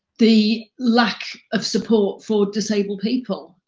the lack of support for disabled people.